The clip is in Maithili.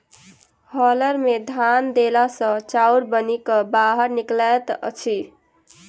हौलर मे धान देला सॅ चाउर बनि क बाहर निकलैत अछि